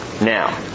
Now